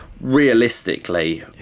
realistically